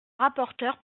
rapporteure